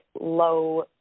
low